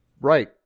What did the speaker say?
Right